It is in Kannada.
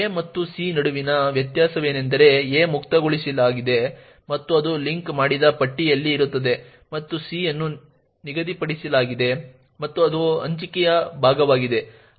a ಮತ್ತು c ನಡುವಿನ ವ್ಯತ್ಯಾಸವೆಂದರೆ a ಮುಕ್ತಗೊಳಿಸಲಾಗಿದೆ ಮತ್ತು ಅದು ಲಿಂಕ್ ಮಾಡಿದ ಪಟ್ಟಿಯಲ್ಲಿ ಇರುತ್ತದೆ ಮತ್ತು c ಅನ್ನು ನಿಗದಿಪಡಿಸಲಾಗಿದೆ ಮತ್ತು ಅದು ಹಂಚಿಕೆಯ ಭಾಗವಾಗಿದೆ